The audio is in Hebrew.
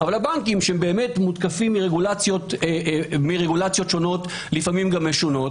אבל הבנקים שמותקפים ברגולציות מרגולציות שונות ומשונות,